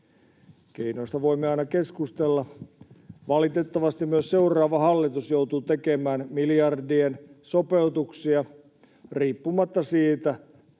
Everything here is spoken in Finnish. Keinoista voimme aina keskustella. Valitettavasti myös seuraava hallitus joutuu tekemään miljardien sopeutuksia riippumatta siitä,